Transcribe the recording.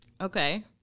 Okay